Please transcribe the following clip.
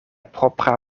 propra